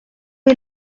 est